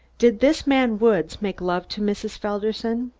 did this man woods make love to mrs. felderson?